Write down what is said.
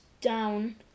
down